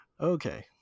okay